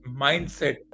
mindset